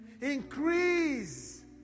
Increase